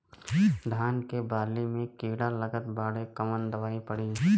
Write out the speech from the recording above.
धान के बाली में कीड़ा लगल बाड़े कवन दवाई पड़ी?